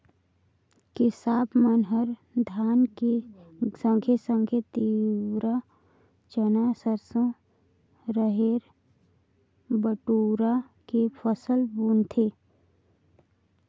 किसाप मन ह धान के संघे संघे तिंवरा, चना, सरसो, रहेर, बटुरा के फसल बुनथें